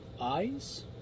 eyes